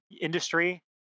industry